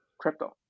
crypto